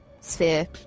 sphere